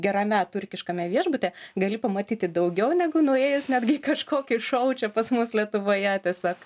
gerame turkiškame viešbutyje gali pamatyti daugiau negu nuėjęs netgi į kažkokį šou čia pas mus lietuvoje tiesiog